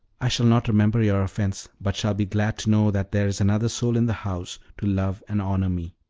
i shall not remember your offense, but shall be glad to know that there is another soul in the house to love and honor me.